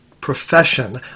profession